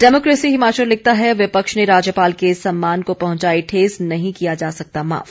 democracy Himachal लिखता है विपक्ष ने राज्यपाल के सम्मान को पहुंचाई ठेस नहीं किया जा सकता माफ